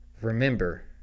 remember